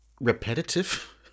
repetitive